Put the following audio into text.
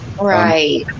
Right